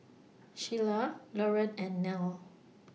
Shelia Lorene and Nell